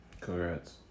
Congrats